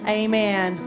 amen